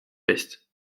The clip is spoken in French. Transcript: peste